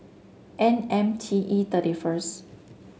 N M T E thirty first